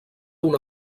una